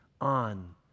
on